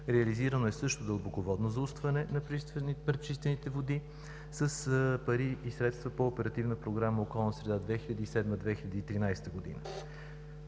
Реализирано е също дълбоководно заустване на пречистените води с пари и средства по Оперативна програма „Околна среда 2007 – 2013 г.“.